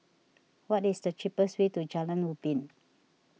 what is the cheapest way to Jalan Ubin